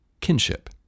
kinship